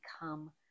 become